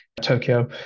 Tokyo